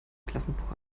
klassenbuch